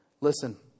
Listen